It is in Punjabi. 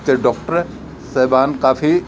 ਅਤੇ ਡੋਕਟਰ ਸਾਹਿਬਾਨ ਕਾਫੀ